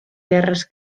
guerres